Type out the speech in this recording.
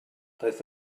daeth